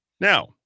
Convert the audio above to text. Now